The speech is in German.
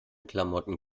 klamotten